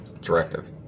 directive